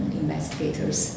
investigators